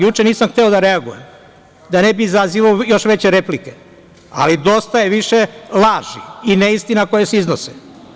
Juče nisam hteo da reagujem da ne bih izazivao još veće replike, ali dosta je više laži i neistina koje se iznose.